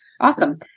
awesome